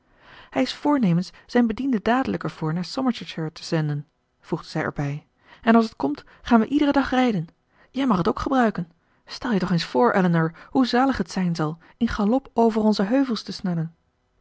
hij is voornemens zijn bediende dadelijk ervoor naar somersetshire te zenden voegde zij erbij en als het komt gaan we iederen dag rijden jij mag het ook gebruiken stel je toch eens voor elinor hoe zalig het zijn zal in galop over onze heuvels te snellen